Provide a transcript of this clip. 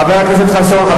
חבר הכנסת חסון.